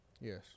Yes